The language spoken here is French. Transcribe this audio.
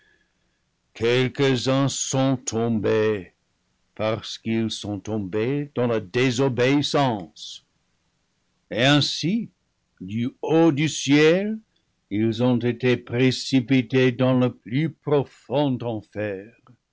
quelques-uns sont tombés parce qu'ils sont tombés dans la désobéissance et ainsi du haut du ciel ils ont été précipités dans le plus pro fond enfer